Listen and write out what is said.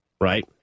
right